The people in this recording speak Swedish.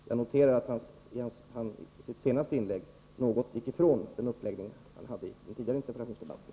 Jag noterar att Pär Granstedt i sitt senaste inlägg något gick ifrån den uppläggning han hade i den tidigare interpellationsdebatten.